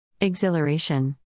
Exhilaration